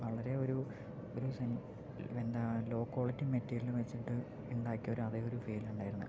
വളരെ ഒരു ഒരു എന്താ ലോ ക്വാളിറ്റി മെറ്റീരിയല് വെച്ചിട്ട് ഉണ്ടാക്കിയ ഒരു അതേ ഒരു ഫീൽ ഉണ്ടായിരുന്നു